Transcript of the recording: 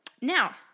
Now